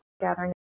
gathering